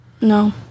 No